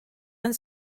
and